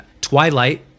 Twilight